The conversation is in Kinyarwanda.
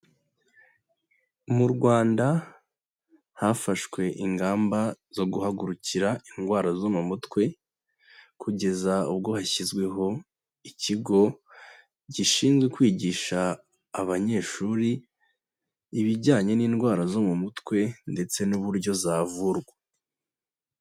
Mu Rwanda hafashwe ingamba zo guhagurukira indwara zo mu mutwe, kugeza ubwo hashyizweho ikigo gishinzwe kwigisha abanyeshuri ibijyanye n'indwara zo mu mutwe ndetse n'uburyo zavurwa.